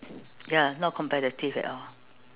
ya not competitive at all